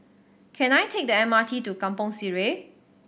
can I take the M R T to Kampong Sireh